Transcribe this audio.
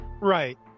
Right